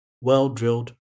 well-drilled